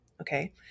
Okay